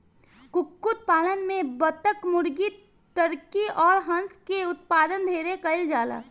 कुक्कुट पालन में बतक, मुर्गी, टर्की अउर हंस के उत्पादन ढेरे कईल जाला